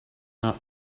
not